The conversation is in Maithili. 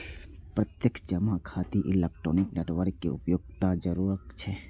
प्रत्यक्ष जमा खातिर इलेक्ट्रॉनिक नेटवर्क के उपयोगक जरूरत होइ छै